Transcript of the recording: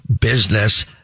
Business